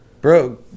Bro